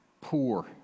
poor